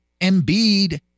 Embiid